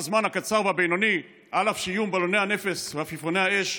בלי להזכיר את הסיבות והנסיבות.